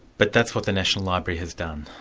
but that's what the national library has done.